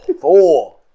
Four